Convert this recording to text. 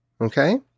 Okay